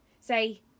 Say